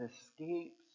escapes